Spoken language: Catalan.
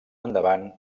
endavant